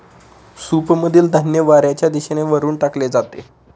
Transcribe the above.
सूपमधील धान्य वाऱ्याच्या दिशेने वरून टाकले जाते